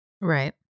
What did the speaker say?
Right